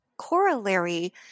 corollary